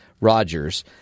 Rogers